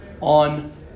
on